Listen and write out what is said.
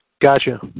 Gotcha